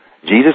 Jesus